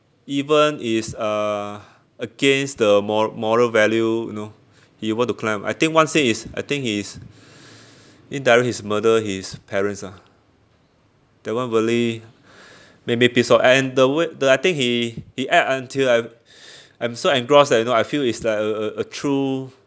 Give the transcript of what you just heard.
even is uh against the mor~ moral value you know he want to climb I think one scene is I think he's indirectly he's murder his parents lah that one really made me piss off and the wa~ the I think he he act until I I'm so engrossed that you know I feel it's like a a a true